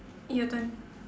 your turn